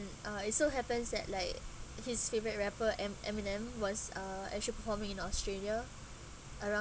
uh it so happens that like his favourite rapper and eminem was uh actual performing in australia around